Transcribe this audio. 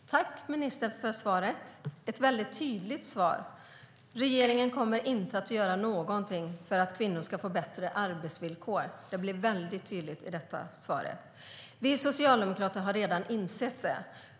Fru talman! Tack, ministern, för svaret! Det är ett väldigt tydligt svar. Regeringen kommer inte att göra någonting för att kvinnor ska få bättre arbetsvillkor. Det framgår mycket tydligt av svaret. Vi socialdemokrater har redan insett det.